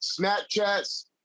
Snapchats